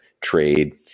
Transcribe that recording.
trade